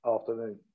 afternoon